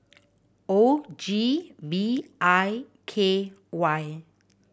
O G V I K Y